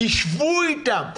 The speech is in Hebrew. תשבו איתם.